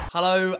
Hello